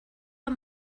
amb